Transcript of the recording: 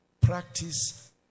Practice